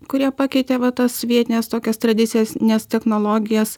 kurie pakeitė va tas vietines tokias tradicijas nes technologijas